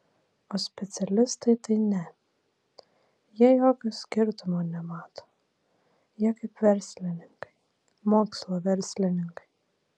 o specialistai tai ne jie jokio skirtumo nemato jie kaip verslininkai mokslo verslininkai